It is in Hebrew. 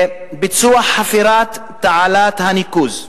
ביצוע חפירת תעלת הניקוז,